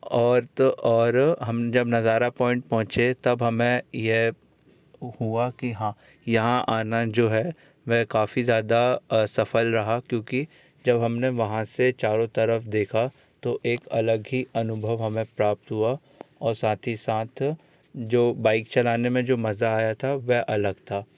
और तो और हम जब नज़ारा पॉइंट पहुंचे तब हमें ये हुआ कि हाँ यहाँ आना जो है वह काफ़ी ज़्यादा सफल रहा क्योंकि जब हमने वहाँ से चारों तरफ देखा तो एक अलग ही अनुभव हमें प्राप्त हुआ और साथ ही साथ जो बाइक चलाने में जो मज़ा आया था वह अलग था